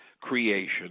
creation